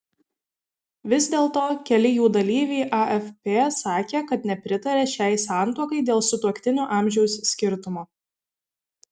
vis dėlto keli jų dalyviai afp sakė kad nepritaria šiai santuokai dėl sutuoktinių amžiaus skirtumo